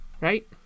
Right